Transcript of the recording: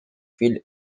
fil